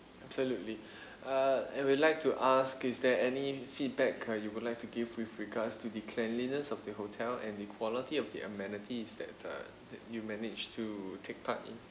absolutely uh and we're like to ask is there any feedback uh you would like to give with regards to the cleanliness of the hotel and the quality of the amenities is that uh that you manage to take part in